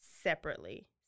separately